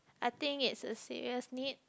I think it's a serious need